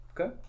Okay